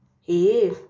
hey